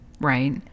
right